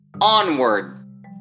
Onward